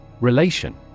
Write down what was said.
Relation